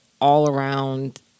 all-around